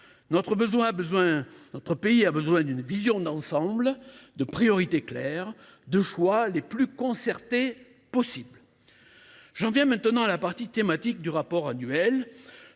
Notre pays a besoin d’une vision d’ensemble, de priorités claires, de choix aussi concertés que possible. J’en viens à la partie thématique du rapport public